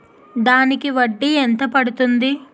దానికి వడ్డీ ఎంత పడుతుంది?